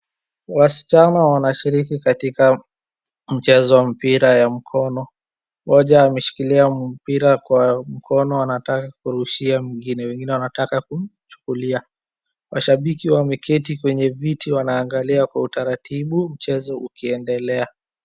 Wasichana wanashiriki katika mchezo wa mpira ya mkono. Mmoja ameshikilia mpira kwa mkono anataka kurushia mwingine. Wengine wanataka kumchukulia. Mashabiki wameketi kwenye viti wanaangalia kwa utaratibu mchezo ukiendelea.